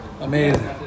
Amazing